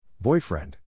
Boyfriend